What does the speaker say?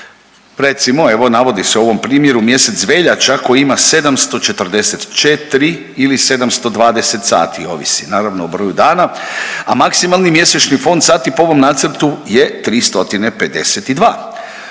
Recimo, evo, navodi se u ovom primjeru, mjesec veljača koja ima 744 ili 720 sati, ovisi naravno, o broju dana, a maksimalni mjesečni broj sati po ovom nacrtu je 352.